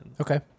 Okay